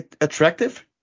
attractive